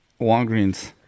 Walgreens